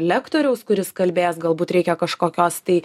lektoriaus kuris kalbės galbūt reikia kažkokios tai